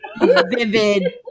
Vivid